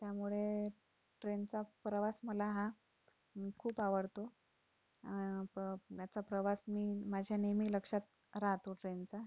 त्यामुळे ट्रेनचा प्रवास मला हा खूप आवडतो याचा प्रवास मी माझ्या नेहमी लक्षात राहतो ट्रेनचा